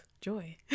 joy